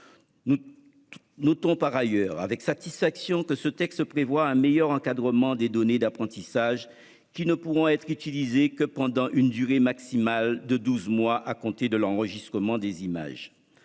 Nous notons par ailleurs avec satisfaction que le texte prévoit un meilleur encadrement des données d'apprentissage, qui ne pourront être utilisées que pendant une durée maximale de douze mois à compter de l'enregistrement des images.